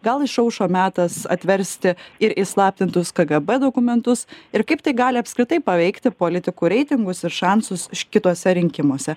gal išaušo metas atversti ir įslaptintus kgb dokumentus ir kaip tai gali apskritai paveikti politikų reitingus ir šansus kituose rinkimuose